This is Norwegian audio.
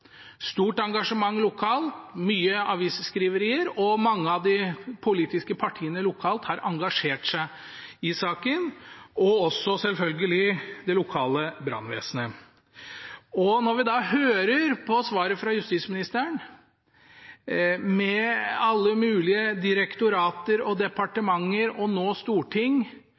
stort engasjement lokalt, mye avisskriving og mange av de politiske partiene lokalt har engasjert seg i saken – og selvfølgelig også det lokale brannvesenet. Når vi hører på svaret fra justisministeren – med alle mulige direktorater og departementer, og nå